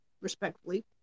respectfully